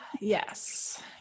Yes